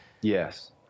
yes